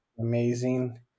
amazing